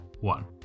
one